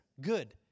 Good